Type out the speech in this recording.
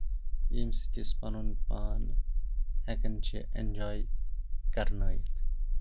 ییٚمہِ سۭتۍ أسۍ پَنُن پان ہٮ۪کان چھِ ایٚنٛجوے کَرنٲیِتھ